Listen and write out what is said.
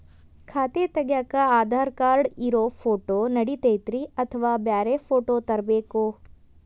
ಖಾತೆ ತಗ್ಯಾಕ್ ಆಧಾರ್ ಕಾರ್ಡ್ ಇರೋ ಫೋಟೋ ನಡಿತೈತ್ರಿ ಅಥವಾ ಬ್ಯಾರೆ ಫೋಟೋ ತರಬೇಕೋ?